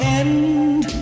end